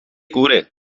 cura